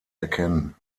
erkennen